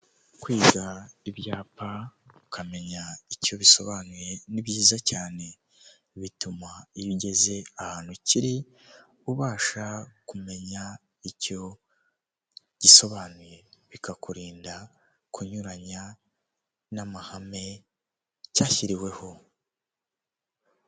Uyu mugabo uri imbere yanjye afite kompiyuta nini mbere yaho kato ku yindi ntebe ikurikira hari undi nawe ufite compiyuta yambaye ikabutura afite igikapu ateretseho komputer hari abandi bantu inyuma ye nanone bahuze bose bafite telefone bameze nkabari kuri interinete bicaye mu modoka nini ya litiko.